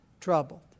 troubled